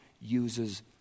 uses